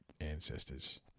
ancestors